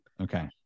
Okay